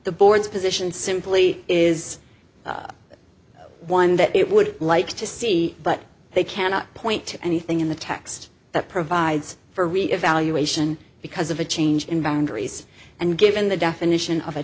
the board's position simply is one that it would like to see but they cannot point to anything in the text that provides for reevaluation because of a change in boundaries and given the definition of a